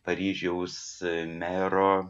paryžiaus mero